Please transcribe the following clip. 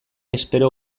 espero